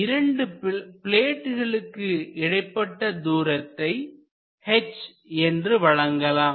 இரண்டு பிளேட்களுக்கும் இடைப்பட்ட தூரத்தை h என்று வழங்கலாம்